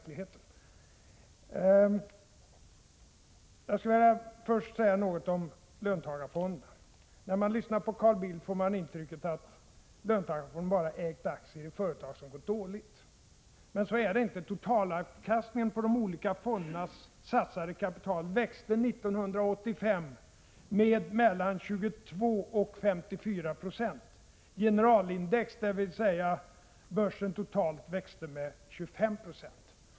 Jag skulle först vilja säga något om löntagarfonderna. När man lyssnar på Carl Bildt får man intrycket att löntagarfonderna bara ägt aktier i företag som gått dåligt. Men så är det inte. Totalavkastningen på de olika fondernas satsade kapital växte 1985 med mellan 22 96 och 54 90. Generalindex, dvs. börsen totalt, växte med 25 96.